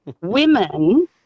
women